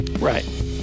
Right